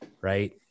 Right